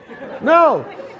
No